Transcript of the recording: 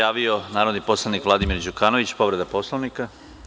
Za reč se javio narodni poslanik Vladimir Đukanović, povreda Poslovnika.